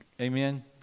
Amen